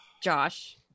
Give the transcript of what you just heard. josh